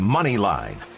Moneyline